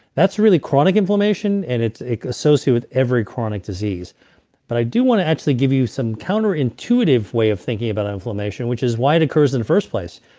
that's really chronic inflammation and it's associated with every chronic disease but i do want to actually give you some counterintuitive way of thinking about inflammation which is why it occurs in the first place.